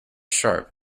sharp